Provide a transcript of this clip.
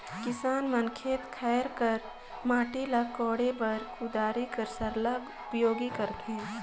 किसान मन खेत खाएर कर माटी ल कोड़े बर कुदारी कर सरलग उपियोग करथे